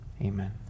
amen